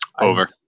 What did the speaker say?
Over